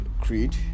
creed